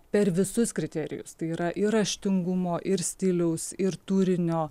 per visus kriterijus tai yra ir raštingumo ir stiliaus ir turinio